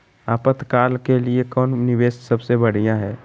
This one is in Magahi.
आपातकाल के लिए कौन निवेस सबसे बढ़िया है?